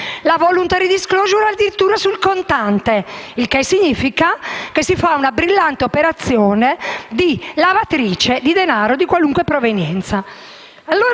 la *voluntary disclosure* addirittura sul contante, il che significa che si fa una brillante operazione per allestire una lavatrice di denaro di qualunque provenienza.